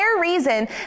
reason